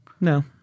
No